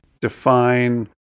define